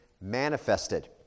manifested